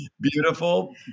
beautiful